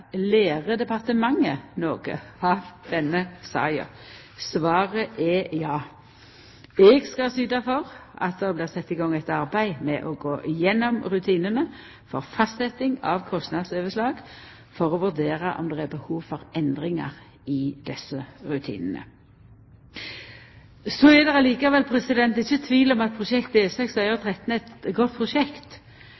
departementet noko av denne saka? Svaret er ja. Eg skal syta for at det blir sett i gang eit arbeid med å gå igjennom rutinane for fastsetjing av kostnadsoverslag for å vurdera om det er behov for endringar i desse rutinane. Så er det likevel ikkje tvil om at prosjektet E6 Øyer–Tretten er eit godt prosjekt. Ny E6 vil gje ein betre og